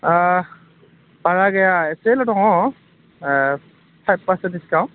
ओ बारा गैया एसेल' दङ ओ फाइभ पारसेन्ट डिसकाउन्ट